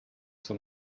too